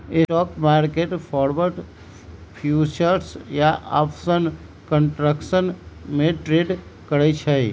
stock market forward, futures या option contracts में trade करई छई